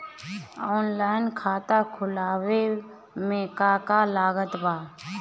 Online खाता खुलवावे मे का का लागत बा?